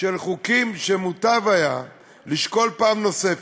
של חוקים שמוטב היה לשקול אותם פעם נוספת.